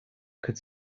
could